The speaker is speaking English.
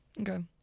Okay